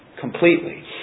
completely